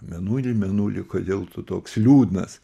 mėnuli mėnuli kodėl tu toks liūdnas